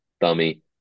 dummy